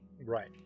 Right